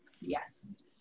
Yes